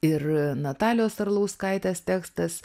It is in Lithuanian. ir natalijos arlauskaitės tekstas